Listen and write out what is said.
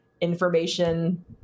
information